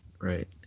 right